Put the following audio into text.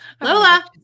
lola